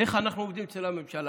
איך אנחנו עובדים אצל הממשלה?